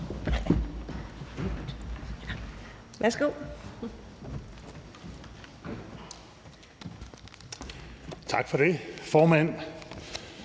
(S): Tak for det, formand.